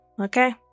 okay